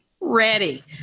ready